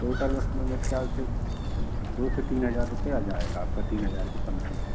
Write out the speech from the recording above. total उसमें मेरे ख्याल से दो से तीन हज़ार रुपये आ जाएगा आपका तीन हज़ार के समथिंग